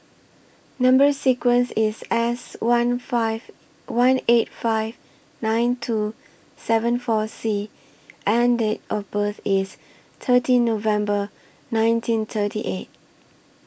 Number sequence IS S one five one eight five nine two seven four C and Date of birth IS thirteen November nineteen thirty eight